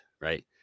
right